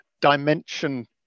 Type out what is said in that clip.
dimension